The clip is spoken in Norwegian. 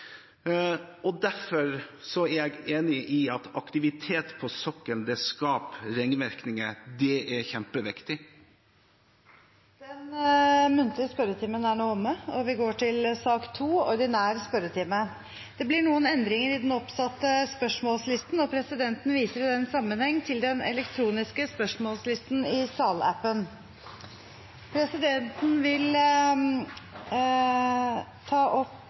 og derfor er jeg enig i at aktivitet på sokkelen skaper ringvirkninger. Det er kjempeviktig. Den muntlige spørretimen er omme. Det blir noen endringer i den oppsatte spørsmålslisten, og presidenten viser i den sammenheng til den elektroniske spørsmålslisten i salappen.